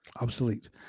obsolete